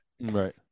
Right